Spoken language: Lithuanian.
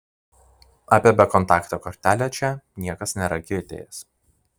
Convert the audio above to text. apie bekontaktę kortelę čia niekas nėra girdėjęs